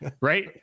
right